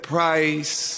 Price